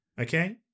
okay